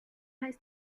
heißt